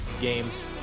games